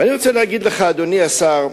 ואני רוצה להגיד לך, אדוני השר,